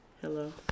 Hello